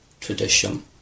tradition